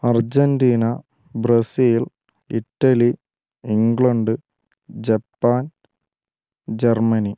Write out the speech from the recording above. Argentina Brazil Italy England Japan Germany